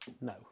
No